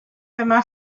dyma